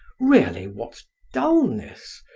really, what dullness!